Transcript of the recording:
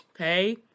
Okay